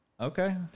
Okay